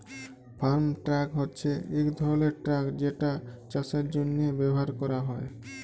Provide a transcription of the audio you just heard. farm truck হছে ইক ধরলের ট্রাক যেটা চাষের জ্যনহে ব্যাভার ক্যরা হ্যয়